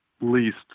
least